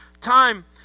time